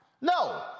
no